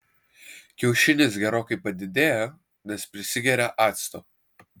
kiaušinis gerokai padidėja nes prisigeria acto